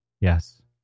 Yes